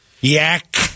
Yak